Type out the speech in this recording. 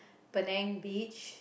Penang beach